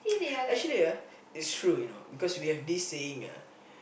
actually ah it's true you know because we have this saying ah